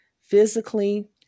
physically